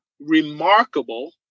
remarkable